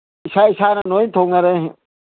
ꯏꯁꯥ ꯏꯁꯥꯅ ꯂꯣꯏꯅ ꯊꯣꯡꯅꯔꯦ